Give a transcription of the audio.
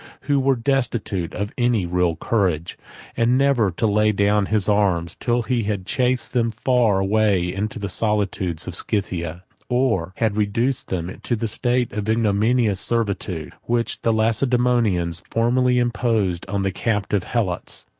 who were destitute of any real courage and never to lay down his arms, till he had chased them far away into the solitudes of scythia or had reduced them to the state of ignominious servitude, which the lacedaemonians formerly imposed on the captive helots.